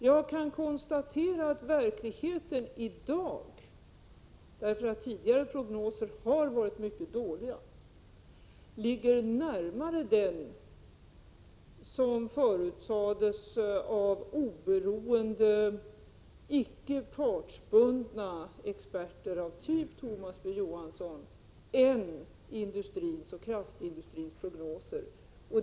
Jag kan konstatera att verkligheten i dag — tidigare prognoser har varit mycket dåliga — ligger närmare vad som har förutsagts av oberoende, icke partsbundna experter, som Thomas B. Johansson, än vad som har förutsagts ikraftindustrins och den övriga industrins prognoser.